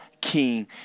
King